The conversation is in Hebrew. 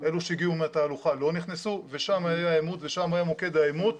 אלה שהגיעו מהתהלוכה לא נכנסו ושם היה עימות ושם היה מוקד העימות.